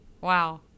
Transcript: Wow